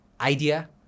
idea